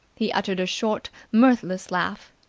he uttered a short, mirthless laugh.